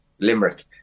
Limerick